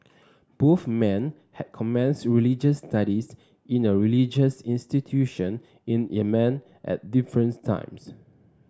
both men had commenced religious studies in a religious institution in Yemen at difference times